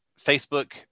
Facebook